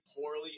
poorly